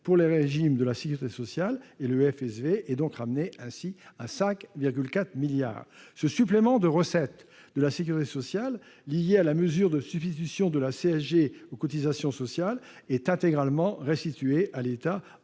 pour les régimes de la sécurité sociale et le FSV est ainsi ramené à 5,4 milliards d'euros. Ce supplément de recettes de la sécurité sociale lié à la mesure qui a partiellement substitué la CSG aux cotisations sociales est intégralement restitué à l'État